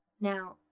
Now